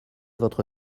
votre